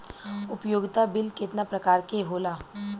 उपयोगिता बिल केतना प्रकार के होला?